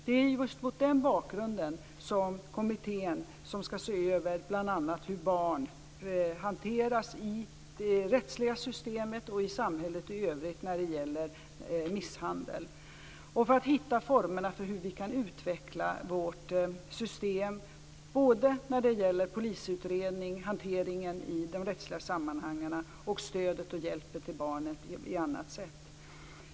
Det är just mot den bakgrunden som kommittén ska se över bl.a. hur barn hanteras i det rättsliga systemet och i samhället i övrigt när det gäller misshandel, detta för att hitta formerna för hur vi kan utveckla vårt system när det gäller såväl polisutredningen och hanteringen i de rättsliga sammanhangen som stöd och hjälp till barn på annat sätt.